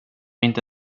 inte